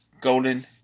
golden